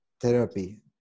therapy